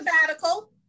sabbatical